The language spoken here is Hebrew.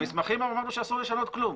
במסמכים אמרנו שאסור לשנות כלום.